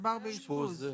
מדובר באשפוז.